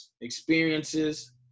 experiences